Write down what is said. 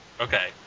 Okay